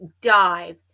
dive